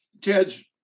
Ted's